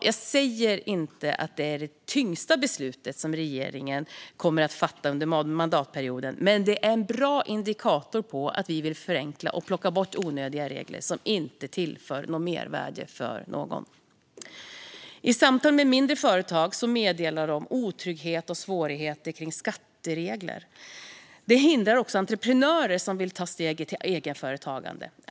Jag säger inte att detta är det tyngsta beslut som regeringen kommer att fatta under mandatperioden, men det är en bra indikator på att vi vill förenkla och plocka bort onödiga regler som inte tillför något mervärde för någon. I samtal med mindre företag berättar de om otrygghet och svårigheter kring skatteregler. Detta hindrar också entreprenörer som vill ta steget till egenföretagande.